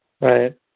Right